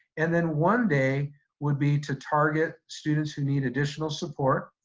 and then one day would be to target students who need additional support,